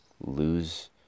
lose